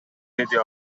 деди